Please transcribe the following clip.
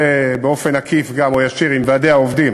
ובאופן עקיף או ישיר גם עם ועדי העובדים,